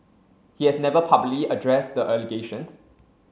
he has never publicly addressed the allegations